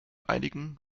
einigen